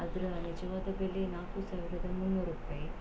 ಅದರ ನಿಜವಾದ ಬೆಲೆ ನಾಲ್ಕು ಸಾವಿರದ ಮುನ್ನೂರು ರೂಪಾಯಿ